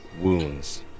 wounds